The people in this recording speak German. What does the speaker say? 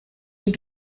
die